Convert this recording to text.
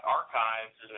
archives